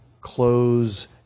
close